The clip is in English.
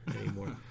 anymore